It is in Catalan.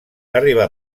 arribar